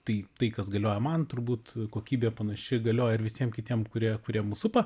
tai tai kas galioja man turbūt kokybė panaši galioja ir visiem kitiem kurie kurie mus supa